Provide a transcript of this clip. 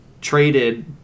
traded